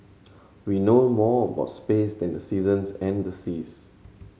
we know more about space than the seasons and the seas